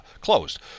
closed